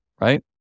right